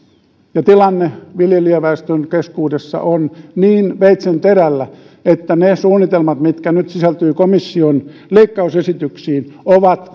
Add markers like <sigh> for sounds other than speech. ja tilanne viljelijäväestön keskuudessa on niin veitsenterällä että suunnitelmat mitkä nyt sisältyvät komission leikkausesityksiin ovat <unintelligible>